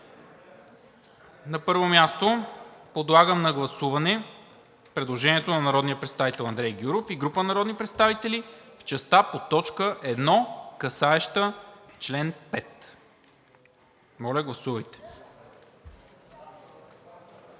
На първо място, подлагам на гласуване предложението на народния представител Андрей Гюров и група народни представители в частта по т. 1, касаеща чл. 5. Гласували